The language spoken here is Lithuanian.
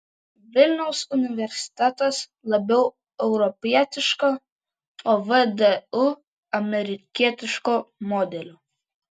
vilniaus universitetas labiau europietiško o vdu amerikietiško modelio